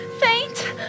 faint